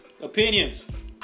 Opinions